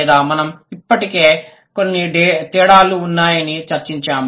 లేదా మనం ఇప్పటికే కొన్ని తేడాలు ఉన్నాయని చర్చించాము